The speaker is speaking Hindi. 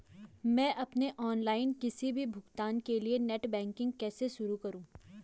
मैं अपने ऑनलाइन किसी भी भुगतान के लिए नेट बैंकिंग कैसे शुरु करूँ?